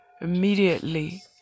immediately